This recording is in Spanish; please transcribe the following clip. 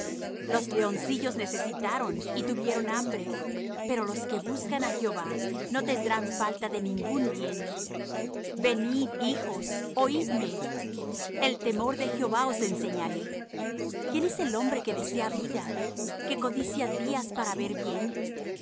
los leoncillos necesitaron y tuvieron hambre pero los que buscan á jehová no tendrán falta de ningún bien venid hijos oidme el temor de jehová os enseñaré quién es el hombre que desea vida que codicia días para ver bien